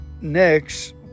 next